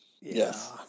Yes